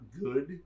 good